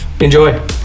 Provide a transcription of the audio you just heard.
enjoy